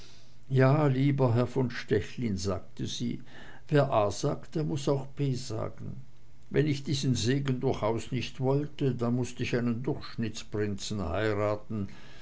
ja lieber herr von stechlin sagte sie wer a sagt der muß auch b sagen wenn ich diesen segen durchaus nicht wollte dann mußte ich einen durchschnittsprinzen heiraten